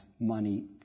money